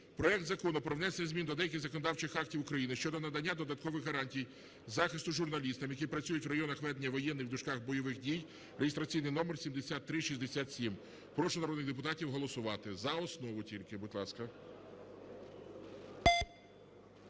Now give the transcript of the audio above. проект Закону про внесення змін до деяких законодавчих актів України (щодо надання додаткових гарантій захисту журналістам, які працюють в районах ведення воєнних(бойових) дій (реєстраційний номер 7367). Прошу народних депутатів голосувати за основу тільки, будь ласка.